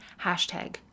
Hashtag